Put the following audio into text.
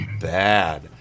bad